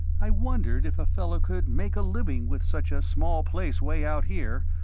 i wondered if a fellow could make a living with such a small place way out here,